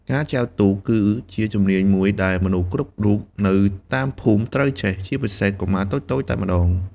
ការចែវទូកគឺជាជំនាញមួយដែលមនុស្សគ្រប់រូបនៅតាមភូមិត្រូវចេះ ជាពិសេសកុមារតូចៗតែម្ដង។